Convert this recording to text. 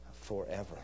forever